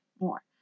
more